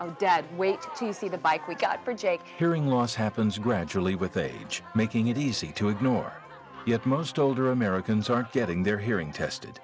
a deadweight to see the bike we got project hearing loss happens gradually with age making it easy to ignore yet most older americans aren't getting their hearing tested